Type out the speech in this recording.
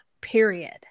period